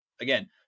Again